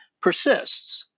persists